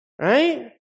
right